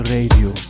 Radio